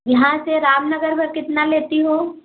यहाँ से रामनगर का कितना लेती हो